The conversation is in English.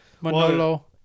Manolo